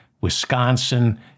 Wisconsin